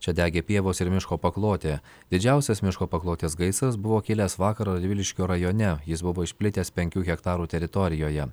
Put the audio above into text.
čia degė pievos ir miško paklotė didžiausias miško paklotės gaisras buvo kilęs vakar radviliškio rajone jis buvo išplitęs penkių hektarų teritorijoje